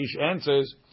answers